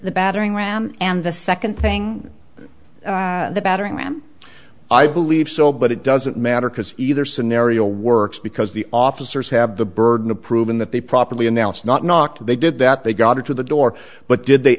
the battering ram and the second thing the battering ram i believe so but it doesn't matter because either scenario works because the officers have the burden of proving that they properly announced not knocked they did that they got to the door but did they